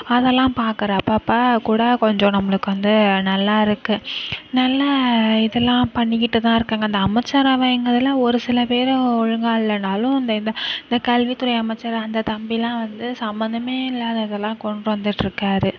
அதெலாம் பார்க்கற அப்போ அப்போ கூட கொஞ்சம் நம்மளுக்கு வந்து நல்லா இருக்கு நல்ல இதெல்லாம் பண்ணிகிட்டு தான் இருக்காங்க இந்த அமைச்சரவைங்கிறதுல ஒரு சில பேர் ஒழுங்காக இல்லைன்னாலும் இந்த இந்த இந்த கல்வித்துறை அமைச்சர் அந்த தம்பிலாம் வந்து சம்மந்தமே இல்லாததலாம் கொண்கிட்டு வந்துட்ருக்கார்